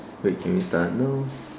wait can we start now